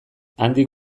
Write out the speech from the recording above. handik